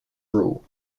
rule